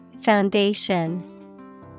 Foundation